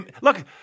look